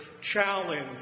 challenge